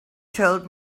told